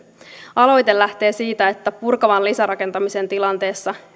aloite lähtee siitä että purkavan lisärakentamisen tilanteessa